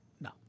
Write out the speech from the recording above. No